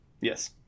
Yes